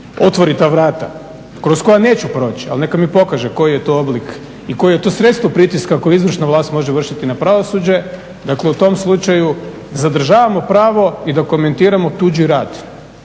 otvori ta vrata kroz koja neću proći ali neka mi pokaže koji je to oblik i koje je to sredstvo pritiska koje izvršna vlast može vršiti na pravosuđe. Dakle, u tom slučaju zadržavamo pravo i dokumentiramo tuđi rad.